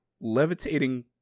levitating